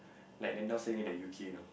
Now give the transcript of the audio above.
like they now staying at the u_k know